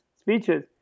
speeches